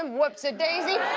um whoopsie daisy.